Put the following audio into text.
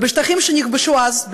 בשטחים שנכבשו אז,